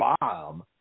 bomb